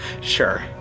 Sure